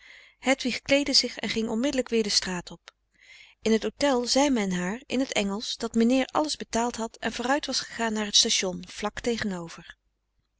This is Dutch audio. hedwig kleedde zich en ging onmiddelijk weer de straat op in t hotel zei men haar in t engelsch dat mijnheer alles betaald had en vooruit was gegaan naar t station vlak tegenover